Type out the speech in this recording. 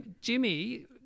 Jimmy